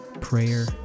prayer